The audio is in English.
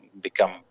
become